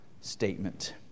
statement